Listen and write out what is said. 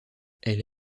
elle